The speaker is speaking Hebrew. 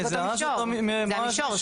זה המישור.